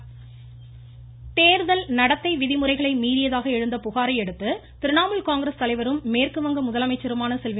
மம்தா பானர்ஜி தோதல் நடத்தை விதிமுறைகளை மீறியதாக எழுந்த புகாரையடுத்து திரிணாமுல் காங்கிரஸ் தலைவரும் மேற்குவங்க முதலமைச்சருமான செல்வி